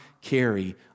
carry